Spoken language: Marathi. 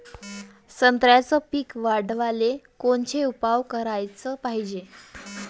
संत्र्याचं पीक वाढवाले कोनचे उपाव कराच पायजे?